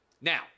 Now